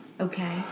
Okay